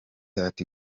ati